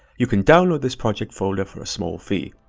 you can download this project folder for a small fee.